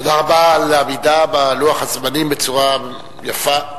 תודה רבה על העמידה בלוח הזמנים בצורה יפה.